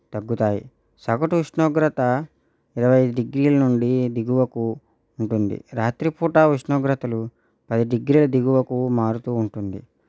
తగ్గుతాయి సగటు ఉష్ణోగ్రత ఇరవై ఐదు డిగ్రీల నుండి దిగువకు ఉంటుంది రాత్రిపూట ఉష్ణోగ్రతలు పది డిగ్రీల దిగువకు మారుతూ ఉంటుంది